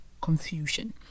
confusion